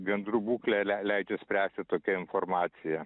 gandrų būklę lei leidžia spręsti tokia informacija